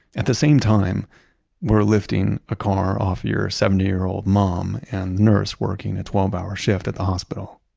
at the same time we're lifting a car off your seventy year old mom, and the nurse working a twelve hour shift at the hospital